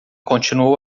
continuou